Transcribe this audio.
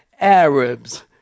Arabs